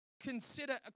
consider